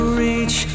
reach